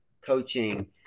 coaching